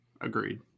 Agreed